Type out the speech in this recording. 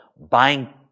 buying